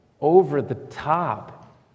over-the-top